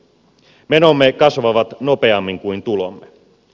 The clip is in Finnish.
menomme kasvavat nopeammin kuin tulomme